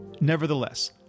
Nevertheless